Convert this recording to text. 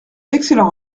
excellent